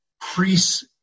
priests